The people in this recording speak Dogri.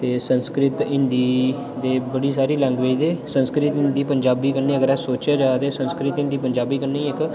ते संस्कृत हिंदी ते बड़ी सारी लैंग्वेज़ दे संस्कृत हिंदी पंजाबी कन्नै अगर सोचेआ जा ते संस्कृत हिंदी पंजाबी कन्नै ई इक